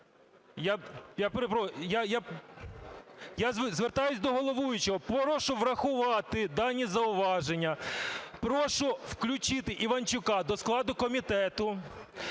Я звертаюсь до головуючого, прошу врахувати дані зауваження, прошу включити Іванчука до складу комітету.